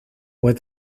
were